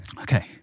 Okay